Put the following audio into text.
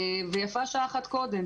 ויפה שעה אחת קודם.